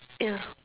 ya